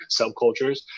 subcultures